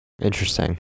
Interesting